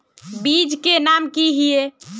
बीज के नाम की हिये?